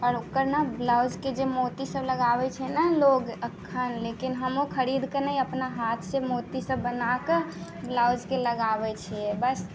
आओर ओकर ने ब्लाउजके जे मोती सभ लगाबै छै ने लोक अखन लेकिन हमहुँ खरीदके ने अपना हाथ से मोती सभ बनाके ब्लाउजके लगाबै छियै बस